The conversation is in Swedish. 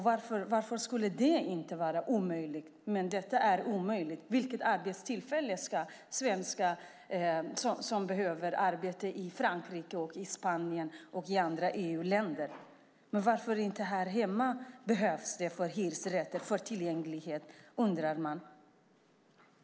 Varför skulle det ena inte vara omöjligt, men det andra vara det? Vad hjälper det med arbetstillfällen i Frankrike, Spanien och andra EU-länder för svenskar som behöver arbete? Varför behövs det inte här hemma för hyresrätter och tillgänglighet? undrar man.